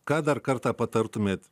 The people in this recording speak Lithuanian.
ką dar kartą patartumėt